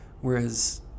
Whereas